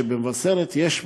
במבשרת יש,